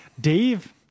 dave